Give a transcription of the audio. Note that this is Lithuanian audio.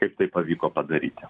kaip tai pavyko padaryti